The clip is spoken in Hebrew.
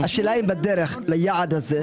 השאלה אם בדרך ליעד הזה,